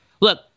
Look